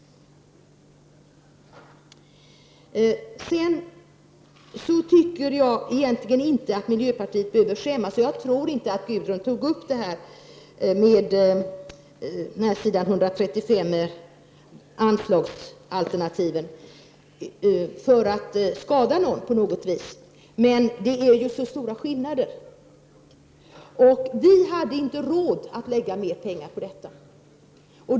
Sedan tycker jag egentligen inte att miljöpartiet behöver skämmas, och jag tror inte att Gudrun Schyman tog upp det som står på s. 135 i betänkandet för att skada någon på något vis. Men uppställningen över anslagsalternativen visar ju på så stora skillnader, och vi hade inte råd att avsätta mer pengar.